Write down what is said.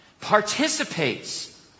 participates